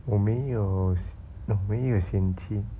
我没有我没有嫌弃